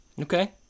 okay